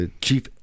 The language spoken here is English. Chief